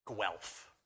Guelph